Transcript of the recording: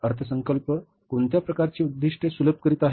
अर्थसंकल्प कोणत्या प्रकारची उद्दीष्टे सुलभ करीत आहे